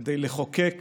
כדי לחוקק